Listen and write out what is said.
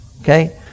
Okay